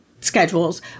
schedules